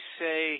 say